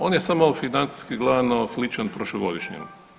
On je samo financijski gledano sličan prošlogodišnjem.